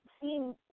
seeing